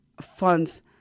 funds